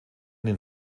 den